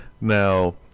Now